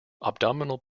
abdominal